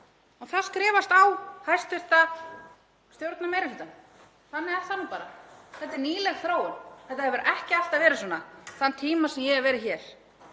Það skrifast á hæstv. stjórnarmeirihlutann. Þannig er það nú bara. Þetta er nýleg þróun, þetta hefur ekki alltaf verið svona þann tíma sem ég hef verið hér.